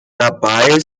dabei